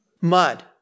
Mud